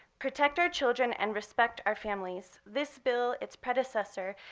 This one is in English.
protect our children and respect our families. this bill, its predecessor,